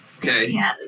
Okay